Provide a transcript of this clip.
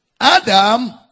Adam